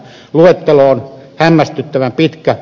luettelo on hämmästyttävän pitkä